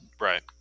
right